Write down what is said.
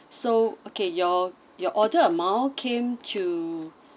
so okay your your order amount came to